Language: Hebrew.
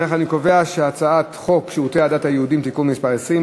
חוק שירותי הדת היהודיים (תיקון מס' 20),